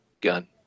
gun